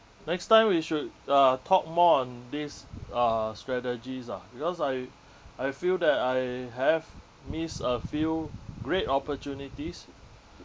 next time we should uh talk more on these uh strategies ah because I I feel that I have missed a few great opportunities